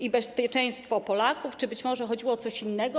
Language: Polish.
i bezpieczeństwo Polaków, czy być może chodziło o coś innego.